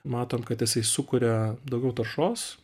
matom kad jisai sukuria daugiau taršos